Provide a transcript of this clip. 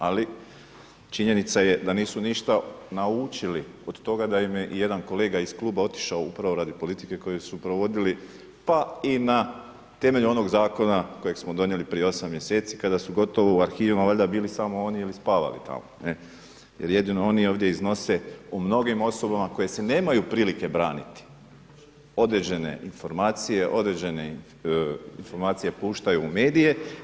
Ali činjenica je da nisu ništa naučili od toga da im je jedan kolega iz kluba otišao upravo radi politike koju su provodili pa i na temelju onoga zakona kojeg smo donijeli prije osam mjeseci kada su gotovo u arhivima valjda bili samo oni ili spavali tamo jer jedino ovdje oni iznose o mnogim osobama koje se nemaju prilike braniti, određene informacije, određene informacije puštaju u medije.